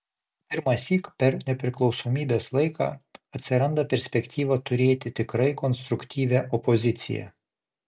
pirmąsyk per nepriklausomybės laiką atsiranda perspektyva turėti tikrai konstruktyvią opoziciją